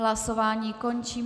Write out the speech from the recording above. Hlasování končím.